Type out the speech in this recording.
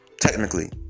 Technically